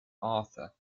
author